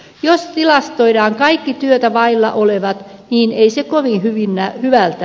jos tilastoidaan kaikki työtä vailla olevat niin ei se kovin hyvältä näytä